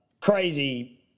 crazy